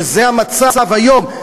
שזה המצב היום,